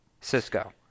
Cisco